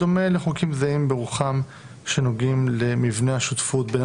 בדומה לחוקים זהים ברוחם שנוגעים למבנה השותפות בין